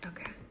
Okay